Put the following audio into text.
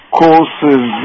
courses